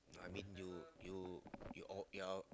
I mean you you you're out you're out